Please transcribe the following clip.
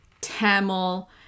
Tamil